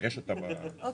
להצבעות אבל